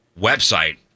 website